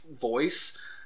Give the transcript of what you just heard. voice